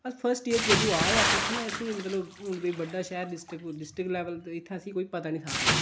अस first year जदूं आए अस इत्थूं दा इसी मतलब हून बी बड्डा शैह्र डिस्टिक डिस्टिक लेबल ते इत्थै कोई पता नेईं था इन्ना